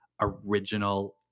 original